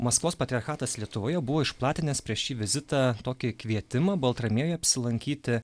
maskvos patriarchatas lietuvoje buvo išplatinęs prieš šį vizitą tokį kvietimą baltramiejui apsilankyti